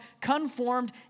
conformed